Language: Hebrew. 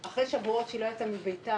אחרי שבועות שהיא לא יצאה מביתה,